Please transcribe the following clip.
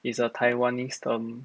it's a taiwanese term